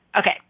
okay